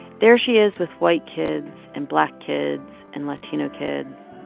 there she is with white kids and black kids and latino kids,